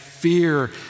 fear